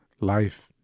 life